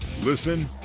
Listen